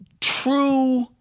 true